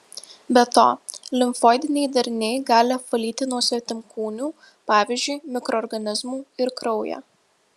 be to limfoidiniai dariniai gali apvalyti nuo svetimkūnių pavyzdžiui mikroorganizmų ir kraują